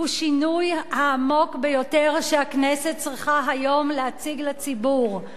הוא השינוי העמוק ביותר שהכנסת היום צריכה להציג לציבור.